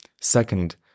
Second